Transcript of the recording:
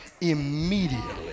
immediately